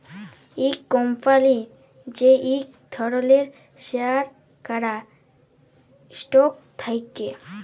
ইক কম্পলির যে ইক ধরলের শেয়ার ক্যরা স্টক থাক্যে